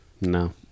no